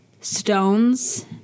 stones